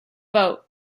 vote